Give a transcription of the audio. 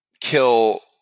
kill